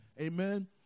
Amen